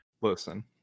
listen